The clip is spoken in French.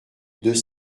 deux